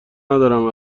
ندارم